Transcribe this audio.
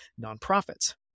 nonprofits